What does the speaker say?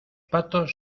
patos